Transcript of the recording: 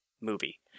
movie